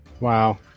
Wow